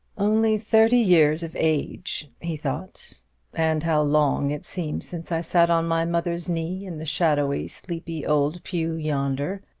only thirty years of age, he thought and how long it seems since i sat on my mother's knee in the shadowy, sleepy old pew yonder,